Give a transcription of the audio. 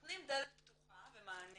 נותנים דלת פתוחה ומענה